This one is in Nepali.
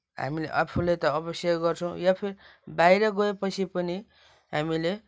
हामीले आफूले त अवश्य गर्छौँ या फिर बाहिर गएपछि पनि हामीले